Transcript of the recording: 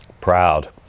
Proud